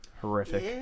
Horrific